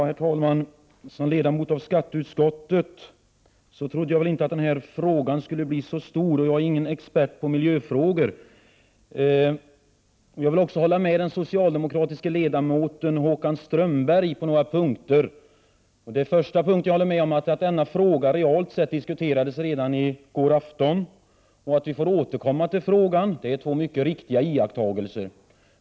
Herr talman! Som ledamot av skatteutskottet trodde jag väl inte att den här frågan skulle bli så stor. För min del är jag ingen expert på miljöfrågor. Jag vill på några punkter hålla med den socialdemokratiske ledamoten Håkan Strömberg. Jag håller med honom om att denna fråga realt sett diskuterades redan i går afton och att vi får återkomma till den. Det är två riktiga iakttagelser.